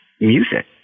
music